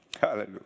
Hallelujah